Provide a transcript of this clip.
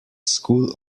school